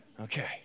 okay